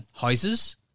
houses